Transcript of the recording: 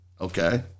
Okay